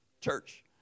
church